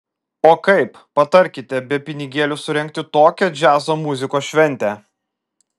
o kaip patarkite be pinigėlių surengti tokią džiazo muzikos šventę